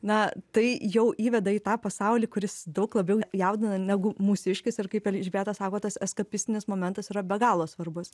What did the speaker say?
na tai jau įveda į tą pasaulį kuris daug labiau jaudina negu mūsiškis ir kaip elžbieta sako tas eskapistinis momentas yra be galo svarbus